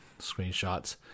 screenshots